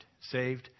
Saved